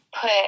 put